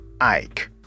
Ike